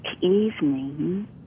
evening